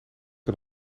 aan